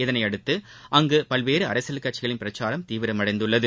இதனையடுத்து அங்க பல்வேறு அரசியல் கட்சிகளின் பிரச்சாரம் தீவிரமடைந்துள்ளது